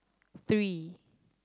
three